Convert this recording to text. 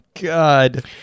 God